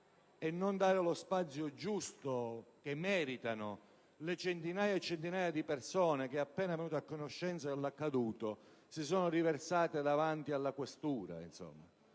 e non dare lo spazio che meritano centinaia di persone che, appena venute a conoscenza dell'accaduto, si sono riversate davanti alla questura. Insomma,